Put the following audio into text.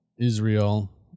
Israel